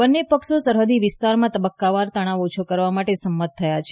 બંને પક્ષો સરહૃદી વિસ્તારોમાં તબક્કાવાર તણાવ ઓછો કરવા માટે સંમત થયા છે